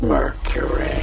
Mercury